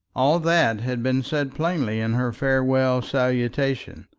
all that had been said plainly in her farewell salutation,